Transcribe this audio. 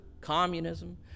communism